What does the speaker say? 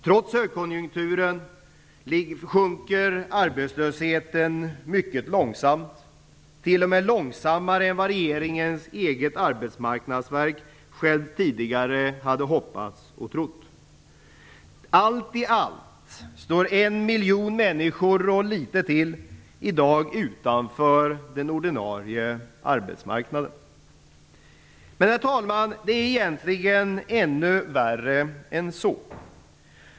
Trots högkonjunkturen sjunker arbetslösheten endast mycket långsamt, t.o.m. långsammare än vad regeringens eget arbetsmarknadsverk tidigare hade hoppats och trott. Allt om allt står en miljon människor och litet till i dag utanför den ordinarie arbetsmarknaden. Herr talman! Det är egentligen ännu värre än så.